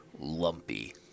lumpy